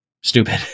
stupid